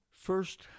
First